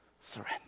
surrender